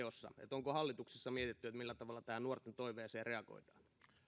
onko hallituksessa mietitty millä tavalla tähän nuorten toiveeseen reagoidaan